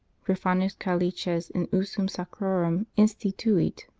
profanos calices in usum sacrorum instituit.